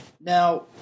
Now